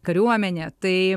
kariuomenė tai